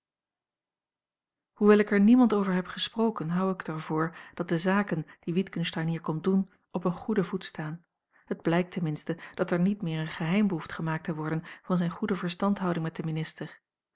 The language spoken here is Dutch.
hoewel ik er niemand over heb gesproken houd ik het er voor dat de zaken die witgensteyn hier komt doen op een goeden voet staan het blijkt ten minste dat er niet meer een geheim behoeft gemaakt te worden van zijne goede verstandhouding met den minister